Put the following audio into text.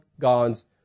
God's